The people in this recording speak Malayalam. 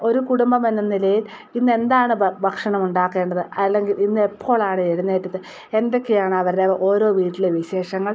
ഒരു കുടുംബമെന്ന നിലയിൽ ഇന്ന് എന്താണ് ഭക്ഷണം ഉണ്ടാക്കേണ്ടത് അല്ലെങ്കിൽ ഇന്നു എപ്പോഴാണ് എഴുന്നേറ്റത് എന്തൊക്കെയാണ് അവരുടെ ഓരോ വീട്ടിലെ വിശേഷങ്ങൾ